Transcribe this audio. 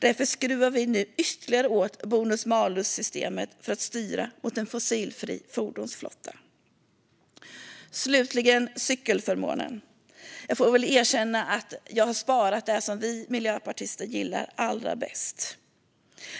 Därför skruvar vi nu ytterligare åt bonus malus-systemet för att styra mot en fossilfri fordonsflotta. Slutligen ska jag ta upp cykelförmånen. Jag får väl erkänna att jag har sparat det som vi miljöpartister gillar allra bäst till sist.